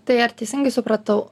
tai ar teisingai supratau